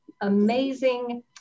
amazing